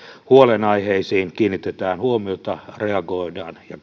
huolenaiheisiin kiinnitetään huomiota reagoidaan ja